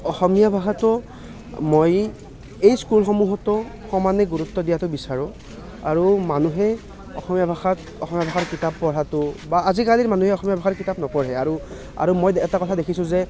অসমীয়া ভাষাটো মই এই স্কুলসমূহতো সমানে গুৰুত্ব দিয়াটো বিচাৰোঁ আৰু মানুহে অসমীয়া ভাষাত অসমীয়া ভাষাৰ কিতাপ পঢ়াটো বা আজিকালিৰ মানুহে অসমীয়া ভাষাৰ কিতাপ নপঢ়ে আৰু আৰু মই দে এটা কথা দেখিছোঁ যে